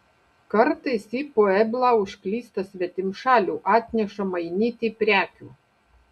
kartais į pueblą užklysta svetimšalių atneša mainyti prekių